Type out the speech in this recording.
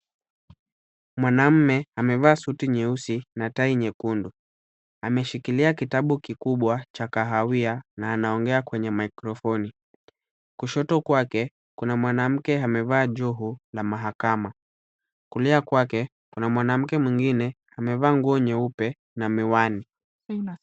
Mwanaume amevaa suti nyeusi na tai nyekundu. Ameshikilia kitabu kikubwa cha kahawia na anaongea kwenye maikrofoni. Kushoto kwake kuna mwanamke amevaa joho la mahakama. Kulia kwake kuna mwanamke mwingine amevaa nguo nyeupe na miwani.